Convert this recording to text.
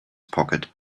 pocket